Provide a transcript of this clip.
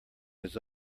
his